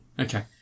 Okay